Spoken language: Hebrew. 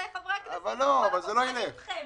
אולי חברי הכנסת --- אבל זה לא ילך.